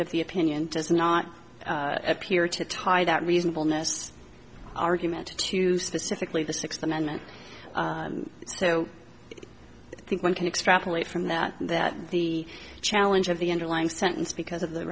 of the opinion does not appear to tie that reasonableness argument to specifically the sixth amendment so i think one can extrapolate from that that the challenge of the underlying sentence because of th